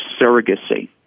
surrogacy